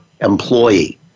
employee